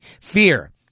fear